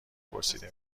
پرسیده